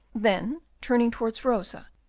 then, turning towards rosa,